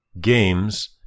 games